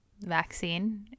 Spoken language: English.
vaccine